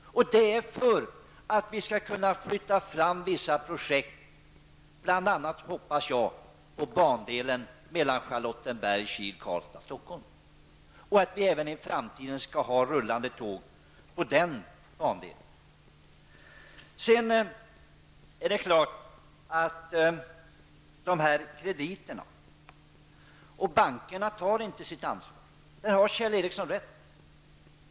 Det sker för att vi skall kunna flytta fram vissa projekt. Bl.a. hoppas jag att vi i framtiden skall ha rullande tåg även på bandelen Charlottenberg-- När det gäller krediterna vill jag hävda att bankerna inte tar sitt ansvar. Det har Kjell Ericsson rätt i.